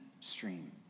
stream